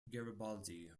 garibaldi